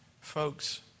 folks